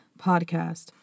podcast